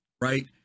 right